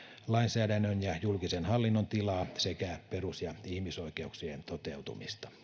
lainsäädännön ja julkisen hallinnon tilaa sekä perus ja ihmisoikeuksien toteutumista